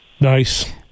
nice